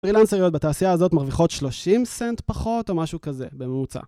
פרילנסריות בתעשייה הזאת מרוויחות 30 סנט פחות או משהו כזה בממוצע.